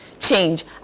Change